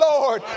Lord